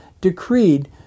decreed